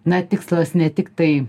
na tikslas ne tiktai